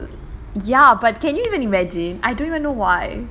in primary school ya but can you even imagine I don't even know why